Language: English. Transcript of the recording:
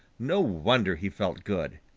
no wonder he felt good!